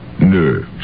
Nerves